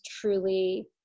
truly